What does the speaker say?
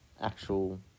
actual